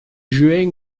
juin